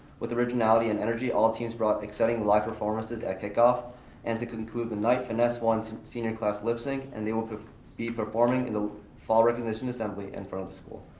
with originality and energy, all teams brought exciting, live performances at kick-off and to conclude the night, finess won senior class lip-sync and they will be performing in the fall recognition assembly in front of the school.